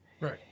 Right